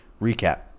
recap